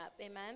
amen